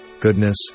goodness